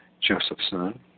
Josephson